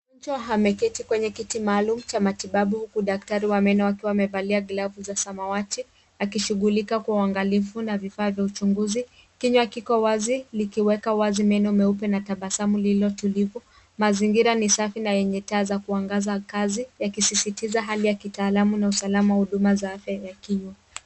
Mtu ameketi kwenye kiti maalum cha matibabu huku daktari wa meno akiwa amevalia glavu za samawati akishughulika kwa uangalifu na vifaa vya uchunguzi. Kinywa kiko wazi likiweka wazi meno meupe na tabasamu lililo tulivu. Mazingira ni safi na yenye taa za kuangaza kazi yakisisitiza hali ya kitaalamu na usalama wa huduma za afya ya kinywa.